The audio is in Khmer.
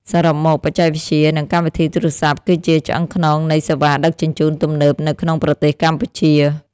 សរុបមក បច្ចេកវិទ្យា និងកម្មវិធីទូរសព្ទគឺជាឆ្អឹងខ្នងនៃសេវាដឹកជញ្ជូនទំនើបនៅក្នុងប្រទេសកម្ពុជា។